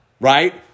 right